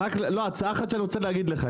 לא, הצעה אחת שאני רוצה להגיד לך.